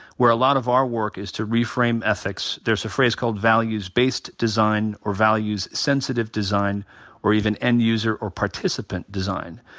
where a lot of our work is to reframe ethics. there's a phrase called values-based design or values-sensitive design or even end-user or participant-design.